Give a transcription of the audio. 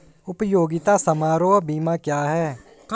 उपयोगिता समारोह बीमा क्या है?